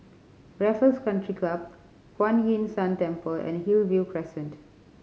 Raffles Country Club Kuan Yin San Temple and Hillview Crescent